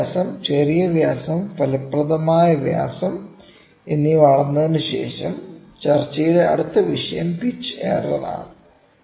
പ്രധാന വ്യാസം ചെറിയ വ്യാസം ഫലപ്രദമായ വ്യാസം എന്നിവ അളന്നതിനുശേഷം ചർച്ചയുടെ അടുത്ത വിഷയം പിച്ച് എറർ ആണ്